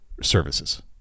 services